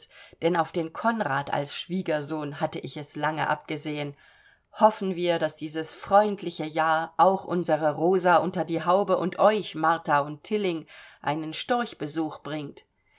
denn auf den konrad als schwiegersohn hatte ich es lange abgesehen hoffen wir daß dieses freundliche jahr auch unsere rosa unter die haube und euch martha und tilling einen storchbesuch bringt